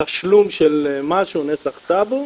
תשלום של משהו, נסח טאבו,